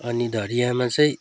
अनि ढडियामा चाहिँ